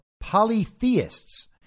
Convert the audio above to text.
polytheists